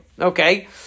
Okay